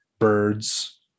birds